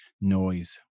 noise